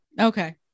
Okay